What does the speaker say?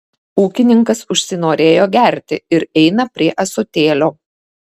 ūkininkas užsinorėjo gerti ir eina prie ąsotėlio